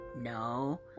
No